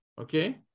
Okay